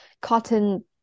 cotton